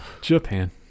Japan